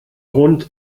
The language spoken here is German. grund